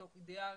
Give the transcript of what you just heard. מתוך אידיאל,